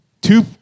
Two